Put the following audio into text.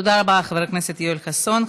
תודה רבה לחבר הכנסת יואל חסון.